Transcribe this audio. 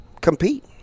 Compete